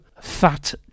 fat